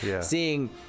seeing